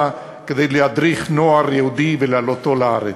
כדי להדריך נוער יהודי ולהעלותו לארץ.